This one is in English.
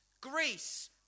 Greece